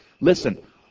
Listen